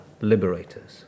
liberators